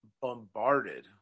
bombarded